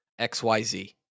XYZ